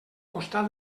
costat